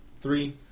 Three